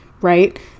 right